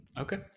Okay